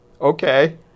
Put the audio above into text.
Okay